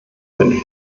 meinen